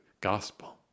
gospel